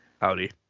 Howdy